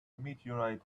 meteorite